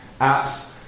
Apps